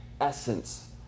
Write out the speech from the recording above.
essence